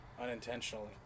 Unintentionally